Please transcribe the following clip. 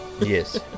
Yes